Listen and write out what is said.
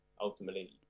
ultimately